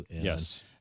Yes